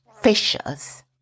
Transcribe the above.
fishers